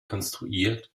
konstruiert